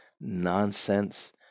nonsense